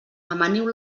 amaniu